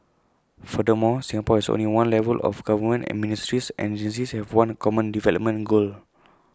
furthermore Singapore has only one level of government and ministries and agencies have one common development goal